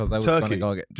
Turkey